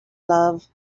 love